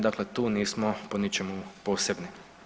Dakle, tu nismo po ničemu posebni.